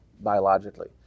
biologically